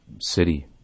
city